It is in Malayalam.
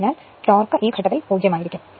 അതിനാൽ ടോർക്ക് ഈ ഘട്ടത്തിൽ 0 ആണ്